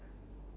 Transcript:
ya